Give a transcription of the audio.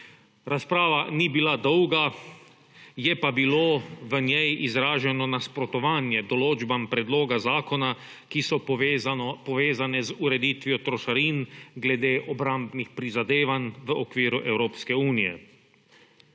Razprava ni bila dolga, je pa bilo v njej izraženo nasprotovanje določbam predloga zakona, ki so povezane z ureditvijo trošarin glede obrambnih prizadevanj v okviru Evropske unije.